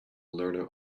learner